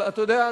אבל אתה יודע,